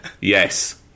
yes